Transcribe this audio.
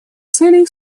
целей